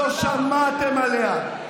אתה לא מאמין לנתניהו?